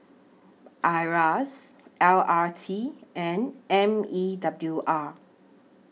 IRAS L R T and M E W R